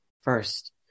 first